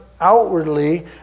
outwardly